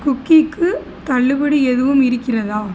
குக்கீக்கு தள்ளுபடி எதுவும் இருக்கிறதா